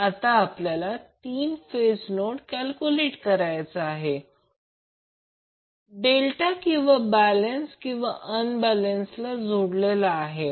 तर आता आपल्याला तीन फेज लोड Y कॅल्क्युलेट करायचा आहे किंवा डेल्टा किंवा बॅलेन्स किंवा अनबॅलेन्स जोडलेला आहे